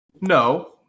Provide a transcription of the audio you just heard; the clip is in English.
No